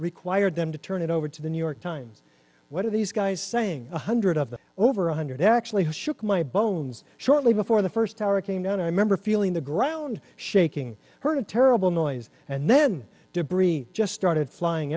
required them to turn it over to the new york times what are these guys saying one hundred of the over one hundred actually shook my bones shortly before the first tower came down i remember feeling the ground shaking heard a terrible noise and then debris just started flying